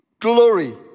glory